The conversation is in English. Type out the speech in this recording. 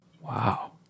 Wow